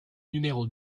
numéro